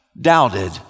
doubted